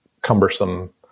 cumbersome